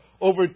over